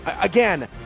again